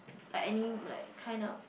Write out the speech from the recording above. like any like kind of